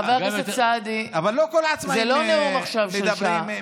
אוסאמה, חבר הכנסת סעדי, זה לא נאום של שעה עכשיו.